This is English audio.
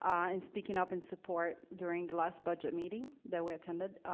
um and speaking up in support during the last budget meeting that we attended.